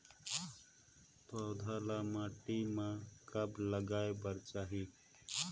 पौधा ल माटी म कब लगाए बर चाही?